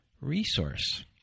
resource